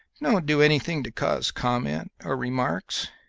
don't do anything to cause comment or remarks!